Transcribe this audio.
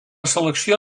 selecció